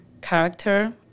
character